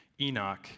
Enoch